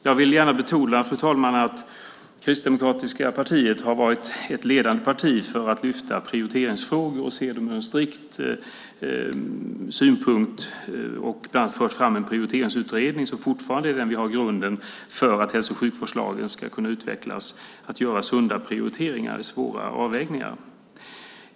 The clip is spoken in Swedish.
Jag vill gärna betona, fru talman, att Kristdemokraterna har varit ett ledande parti för att lyfta fram prioriteringsfrågor och se dem ur en strikt synpunkt. Man har bland annat fört fram en prioriteringsutredning så att hälso och sjukvårdslagen ska kunna utvecklas och vi kan göra sunda prioriteringar vid svåra avvägningar.